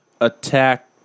attack